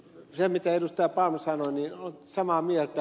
palm sanoi olen samaa mieltä